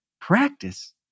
practice